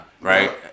right